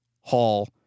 Hall